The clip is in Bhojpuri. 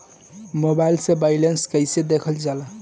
मोबाइल से बैलेंस कइसे देखल जाला?